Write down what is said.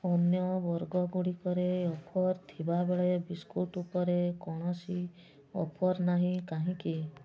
ଅନ୍ୟ ବର୍ଗଗୁଡ଼ିକରେ ଅଫର୍ ଥିବାବେଳେ ବିସ୍କୁଟ୍ ଉପରେ କୌଣସି ଅଫର୍ ନାହିଁ କାହିଁକି